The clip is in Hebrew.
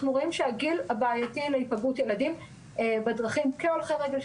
אנחנו רואים שהגיל הבעייתי להיפגעות ילדים בדרכים כהולכי רגל,